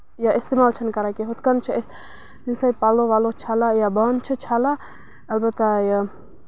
یا اِستعمال چھِنہٕ کران کینہہ ہُتھ کٔنۍ چھِ أسۍ اَمہِ سۭتۍ پَلو وَلو چھَلان یا بانہٕ چھِ چھَلان اَلبتہ یہِ